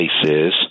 places